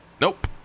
nope